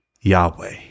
Yahweh